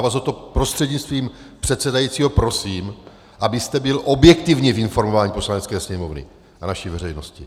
Já vás prostřednictvím předsedajícího prosím o to, abyste byl objektivní v informování Poslanecké sněmovny a naší veřejnosti.